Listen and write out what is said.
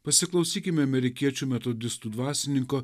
pasiklausykime amerikiečių metodistų dvasininko